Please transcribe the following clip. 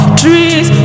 trees